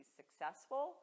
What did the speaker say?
successful